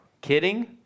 Kidding